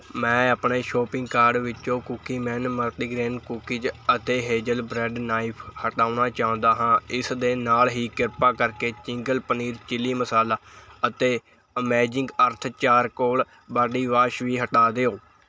ਮੈਂ ਆਪਣੇ shopping cart ਵਿਚੋਂ ਕੂਕੀ ਮੈਨ ਮਲਟੀਗ੍ਰੇਨ ਕੂਕੀਜ਼ ਅਤੇ ਹੇਜ਼ਲ ਬ੍ਰੈਡ ਨਾਈਫ਼ ਹਟਾਉਣਾ ਚਾਹੁੰਦਾ ਹਾਂ ਇਸ ਦੇ ਨਾਲ ਹੀ ਕ੍ਰਿਪਾ ਕਰਕੇ ਚਿੰਗਲ ਪਨੀਰ ਚਿਲੀ ਮਸਾਲਾ ਅਤੇ amazing earth charcoal body wash ਵੀ ਹਟਾ ਦਿਓ